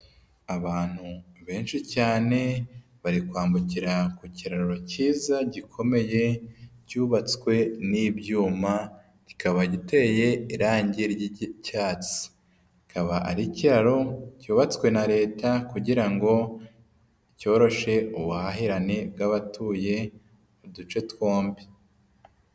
Abantu benshi cyane bari kwambukira ku kiraro kiza gikomeye cyubatswe n'ibyuma, kikaba giteye irangi ry'icyatsi. Kikaba ari ikiraro cyubatswe na leta kugira ngo cyoroshe ubuhahirane bw'abatuye uduce twombi.